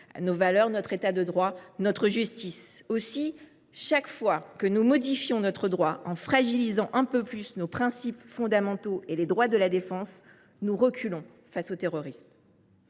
nos valeurs, à notre État de droit et à notre justice. Aussi, chaque fois que nous modifions notre droit en fragilisant un peu plus nos principes fondamentaux et les droits de la défense, nous reculons face à eux.